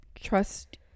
Trust